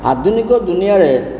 ଆଧୁନିକ ଦୁନିଆରେ